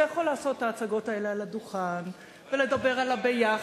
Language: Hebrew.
אתה יכול לעשות את ההצגות האלה על הדוכן ולדבר על הביחד,